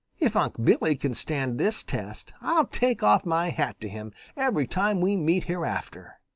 if unc' billy can stand this test, i'll take off my hat to him every time we meet hereafter.